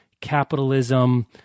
capitalism